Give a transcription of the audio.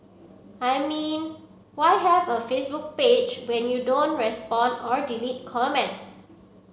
I mean why have a Facebook page when you don't respond or delete comments